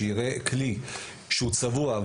שייראה כלי שהוא צבוע,